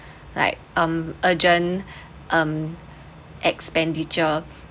like um urgent um expenditure